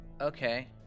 Okay